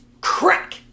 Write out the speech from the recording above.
crack